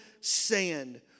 sand